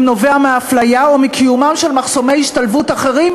נובע מאפליה או מקיומם של מחסומי השתלבות אחרים,